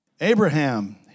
Abraham